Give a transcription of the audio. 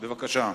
בבקשה.